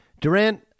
Durant